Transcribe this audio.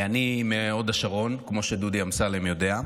אני מהוד השרון, כמו שדודי אמסלם יודע,